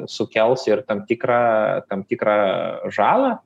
sukels ir tam tikrą tam tikrą žalą